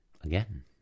again